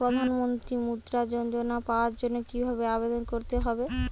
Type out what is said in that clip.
প্রধান মন্ত্রী মুদ্রা যোজনা পাওয়ার জন্য কিভাবে আবেদন করতে হবে?